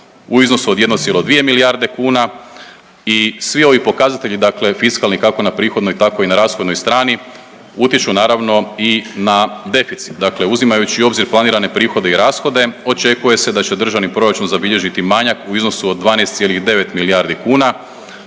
u iznosu od 1,2 milijarde kuna i svi ovi pokazatelji fiskalni kako na prihodnoj tako i na rashodnoj strani utječu naravno i na deficit. Dakle, uzimajući u obzir planirane prihode i rashode očekuje se da će državni proračun zabilježiti manjak u iznosu od 12,9 milijardi kuna